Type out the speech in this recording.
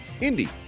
Indy